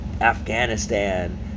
Afghanistan